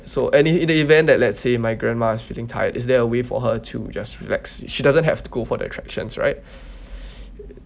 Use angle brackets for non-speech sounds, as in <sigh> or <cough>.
so and in the event that let's say my grandma's feeling tired is there a way for her to just relax she doesn't have to go for the attractions right <noise>